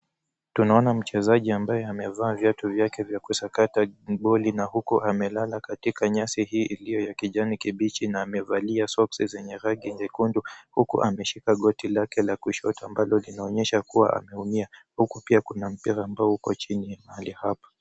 Tunaona mchezaji ambaye amevaa viatu vyake vya kusakata boli na huku amelala katika nyasi hii iliyo ya kijani kibichi na amevalia soksi zenye rangi nyekundu huku ameshika goti lake la kushoto ambalo linaonyesha kuwa ameumia. Huku pia kuna mpira ambao uko chini mahali hapo.